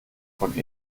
von